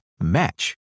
match